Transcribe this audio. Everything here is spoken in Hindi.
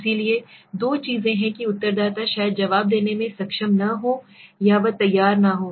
इसलिए दो चीजें हैं कि उत्तरदाता शायद जवाब देने में सक्षम न हो या वह तैयार न हो